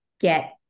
get